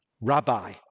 Rabbi